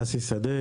ששי שדה,